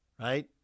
Right